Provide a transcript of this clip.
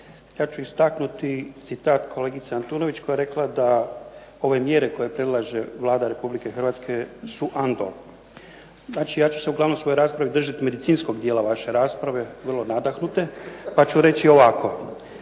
ja ću istaknuti citat kolegice Antunović koja je rekla da ove mjere koje predlaže Vlada Republike Hrvatske su Andol. Znači, ja ću se uglavnom u svojoj raspravi držati medicinskog dijela vaše rasprave vrlo nadahnute, pa ću reći ovako.